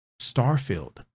Starfield